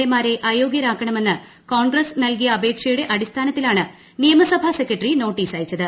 A മാരെ അയോഗ്യരാക്കണമെന്ന് കോൺഗ്രസ് നല്കിയ അപേക്ഷയുടെ അടിസ്ഥാനത്തിലാണ് നിയമസഭ സെക്രട്ടറി നോട്ടീസ് അയച്ചത്